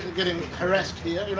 getting harassed here you know